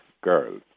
girls